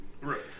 Right